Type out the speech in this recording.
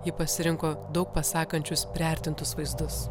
ji pasirinko daug pasakančius priartintus vaizdus